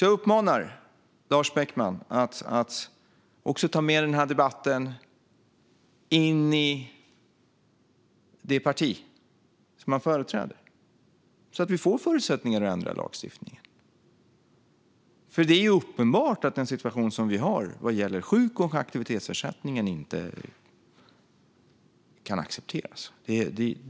Jag uppmanar Lars Beckman att också ta med den här debatten in i det parti som han företräder så att vi får förutsättningar att ändra lagstiftningen, för det är uppenbart att den situation som vi har vad gäller sjuk och aktivitetsersättningen inte kan accepteras.